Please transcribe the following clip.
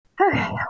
Okay